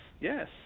yes